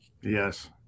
Yes